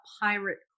Pirate